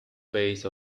phase